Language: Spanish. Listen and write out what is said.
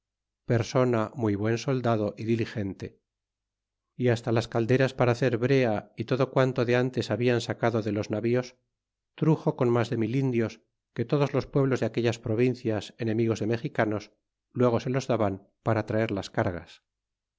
persona muy buen soldado y diligente y hasta las calderas para hacer brea y todo quanto de tintes hablan sacado de los navíos truxo con mas de mil indios que todos los pueblos de aquellas provincias enemigos de mexicanos luego se los daban para traer las cargas